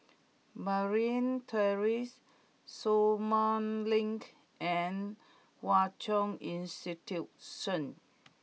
Merryn Terrace Sumang Link and Hwa Chong Institution